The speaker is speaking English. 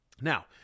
Now